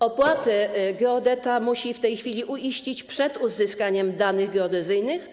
Opłaty geodeta musi w tej chwili uiścić przed uzyskaniem danych geodezyjnych.